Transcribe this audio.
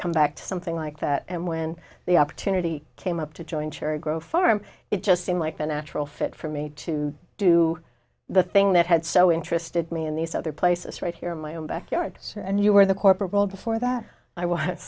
come back to something like that and when the opportunity came up to join cherry grow farm it just seemed like the natural fit for me to do the thing that had so interested me in these other places right here in my own backyard and you were the corporate world before that i w